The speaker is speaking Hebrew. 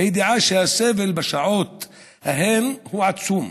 בידיעה שהסבל בשעות ההן הוא עצום,